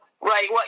Right